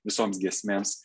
visoms giesmėms